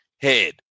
head